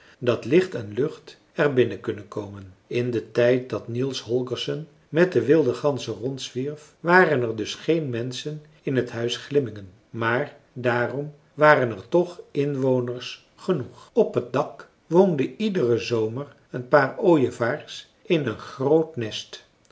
dat licht en lucht er binnen kunnen komen in den tijd dat niels holgersson met de wilde ganzen rondzwierf waren er dus geen menschen in t huis glimmingen maar daarom waren er toch inwoners genoeg op het dak woonden iederen zomer een paar ooievaars in een groot nest